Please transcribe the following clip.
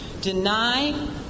deny